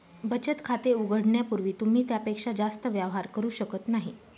बचत खाते उघडण्यापूर्वी तुम्ही त्यापेक्षा जास्त व्यवहार करू शकत नाही